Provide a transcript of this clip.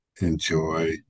enjoy